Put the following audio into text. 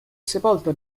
sepolto